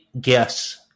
guess